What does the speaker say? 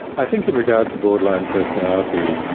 i think in regard to borderline personality,